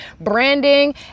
branding